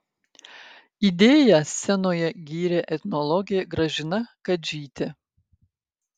idėją scenoje gyrė etnologė gražina kadžytė